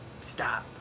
stop